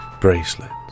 bracelets